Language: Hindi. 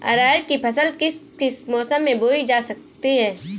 अरहर की फसल किस किस मौसम में बोई जा सकती है?